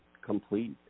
complete